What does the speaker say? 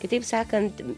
kitaip sakant